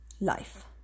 life